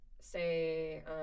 say